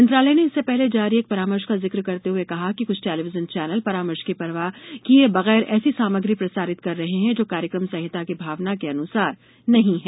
मंत्रालय ने इससे पहले जारी एक परामर्श का जिक्र करते हुए कहा है कि कुछ टेलिविजन चैनल परामर्श की परवाह किए बगैर ऐसी सामग्री प्रसारित कर रहे हैं जो कार्यक्रम संहिता की भावना के अनुसार नहीं है